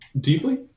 deeply